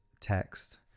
text